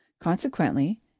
Consequently